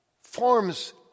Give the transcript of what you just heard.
forms